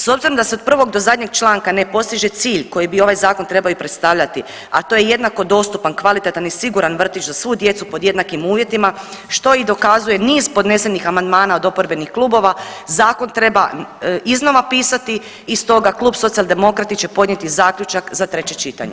S obzirom da se od prvog do zadnjeg članka ne postiže cilj koji bi ovaj zakon trebao i predstavljati, a to jednako dostupan, kvalitetan i siguran vrtić za svu djecu pod jednakim uvjetima što i dokazuje niz podnesenih amandmana od oporbenih klubova zakon treba iznova pisati i stoga Klub Socijaldemokrati će podnijeti zaključak za treće čitanje.